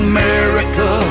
America